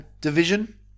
division